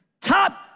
top